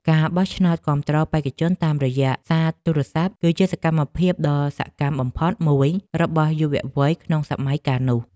ការបោះឆ្នោតគាំទ្របេក្ខជនតាមរយៈសារទូរស័ព្ទ គឺជាសកម្មភាពដ៏សកម្មបំផុតមួយរបស់យុវវ័យក្នុងសម័យកាលនោះ។